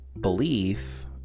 belief